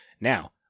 Now